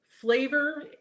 flavor